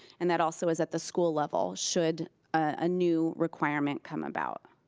and that also is at the school level should a new requirement come about.